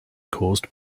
caused